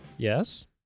Yes